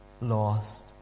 lost